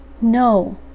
No